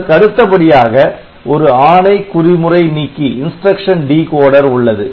அதற்கடுத்தபடியாக ஒரு ஆணை குறிமுறை நீக்கி உள்ளது